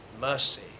mercy